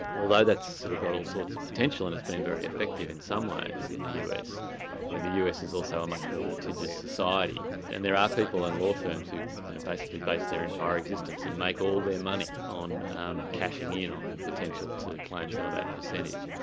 although that's sort of got all sorts of potential, and it's been very effective in some ways in the us, i mean the us is also a much more litigious society, and there are people in law forms who basically base their entire existence and make all their money on cashing in on potential to claim some of that percentage.